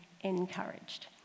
encouraged